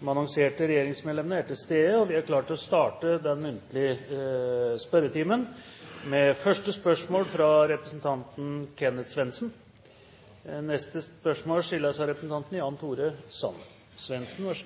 De annonserte regjeringsmedlemmene er til stede, og vi er klare til å starte den muntlige spørretimen. Vi starter med første hovedspørsmål, fra representanten Kenneth Svendsen. Mitt spørsmål